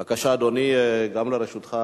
בבקשה, אדוני, גם לרשותך